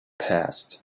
passed